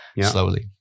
slowly